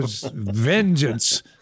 vengeance